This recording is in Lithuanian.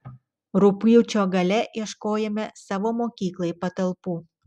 rugpjūčio gale ieškojome savo mokyklai patalpų